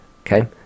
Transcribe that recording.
okay